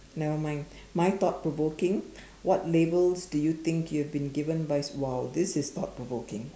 nevermind my thought provoking what labels do you think you've been given by s~ !wow! this is thought provoking